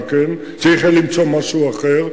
צריך היה למצוא משהו אחר.